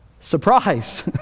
Surprise